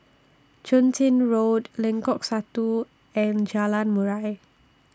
Chun Tin Road Lengkok Satu and Jalan Murai